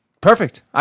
perfect